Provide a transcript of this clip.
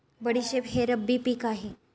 बडीशेप हे रब्बी पिक आहे